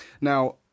Now